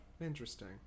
interesting